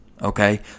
Okay